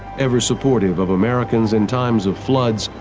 ever supportive of americans in times of floods,